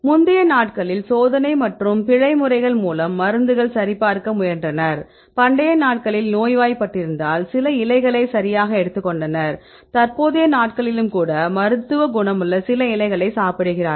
முந்தைய நாட்களில் சோதனை மற்றும் பிழை முறைகள் மூலம் மருந்துகளை சரிபார்க்க முயன்றனர் பண்டைய நாட்களில் நோய்வாய்ப்பட்டிருந்தால் சில இலைகளை சரியாக எடுத்துக்கொண்டனர் தற்போதைய நாட்களிலும் கூட மருத்துவ குணமுள்ள சில இலைகளை சாப்பிடுகிறார்கள்